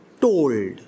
told